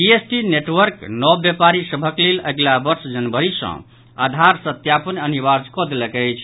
GST network नव व्यापारी सभक लेल अगिला वर्ष जनवरी सॅ आधार सत्यापन अनिवार्य कऽ देलक अछि